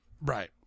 Right